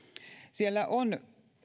siellä on